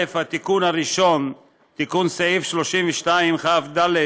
התיקון הראשון, תיקון סעיף 32כ(ד),